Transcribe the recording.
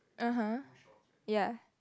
(uh huh) yeah